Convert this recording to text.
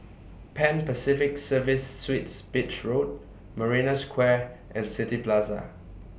Pan Pacific Serviced Suites Beach Road Marina Square and City Plaza